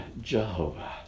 Jehovah